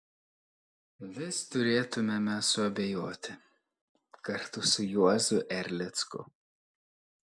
vis turėtumėme suabejoti kartu su juozu erlicku